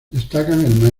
destacan